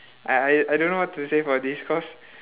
I I I don't know what to say for this cause